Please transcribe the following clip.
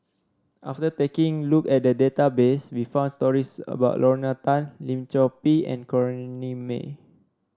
after taking look at the database we found stories about Lorna Tan Lim Chor Pee and Corrinne May